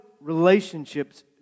relationships